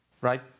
right